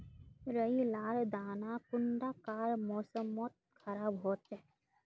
राई लार दाना कुंडा कार मौसम मोत खराब होचए?